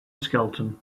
skelton